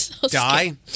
die